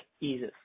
eases